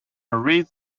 reads